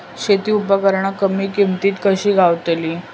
शेती उपकरणा कमी किमतीत कशी गावतली?